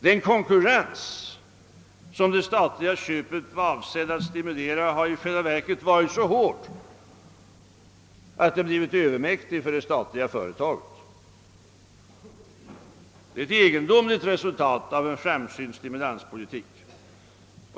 Den konkurrens som det statliga köpet var avsett att stimulera har i själva verket varit så hård att den blivit övermäktig för det statliga företaget. Det är ett egendomligt resultat av en framsynt näringspolitik.